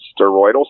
steroidal